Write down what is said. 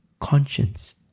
conscience